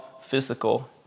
physical